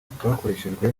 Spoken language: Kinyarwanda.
bwakoreshejwe